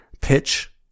pitch